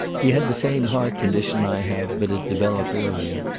he had the same heart condition i have, but it developed earlier.